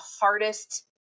hardest